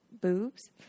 boobs